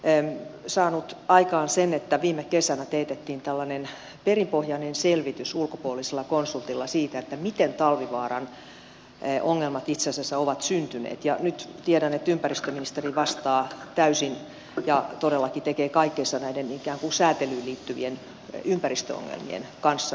olen saanut aikaan sen että viime kesänä teetettiin perinpohjainen selvitys ulkopuolisella konsultilla siitä miten talvivaaran ongelmat itse asiassa ovat syntyneet ja nyt tiedän että ympäristöministeri vastaa täysin ja todellakin tekee kaikkensa näiden ikään kuin säätelyyn liittyvien ympäristöongelmien kanssa